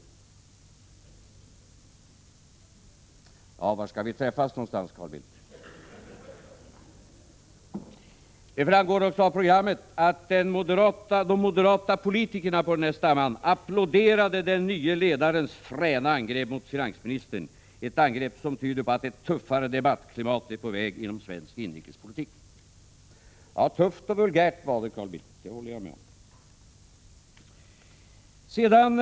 Ja, var någonstans skall vi träffas, Carl Bildt? Det framgår av programmet att de moderata politikerna på stämman applåderade den nye ledarens fräna angrepp mot finansministern, ”ett angrepp som tyder på att ett tuffare debattklimat är på väg inom svensk inrikespolitik”. Ja, tufft och vulgärt var det, Carl Bildt, det håller jag med om.